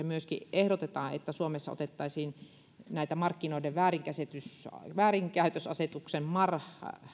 myöskin että suomessa otettaisiin näitä markkinoiden väärinkäyttöasetuksen marin